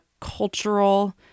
cultural